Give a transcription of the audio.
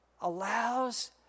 allows